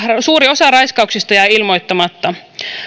suuri osa raiskauksista jää ilmoittamatta